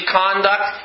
conduct